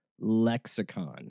lexicon